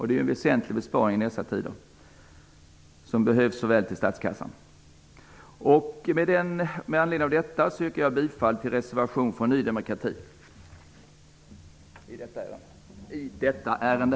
Det är en väsentlig besparing i dessa tider, som så väl behövs till statskassan. Med anledning av detta yrkar jag bifall till reservationen från Ny demokrati i detta ärende.